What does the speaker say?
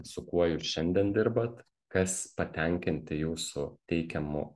su kuo jūs šiandien dirbat kas patenkinti jūsų teikiamu